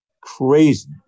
crazy